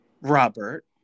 Robert